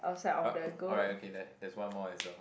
oh alright okay there there's one more as well